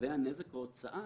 קובע נזק או הוצאה,